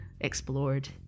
explored